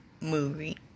movie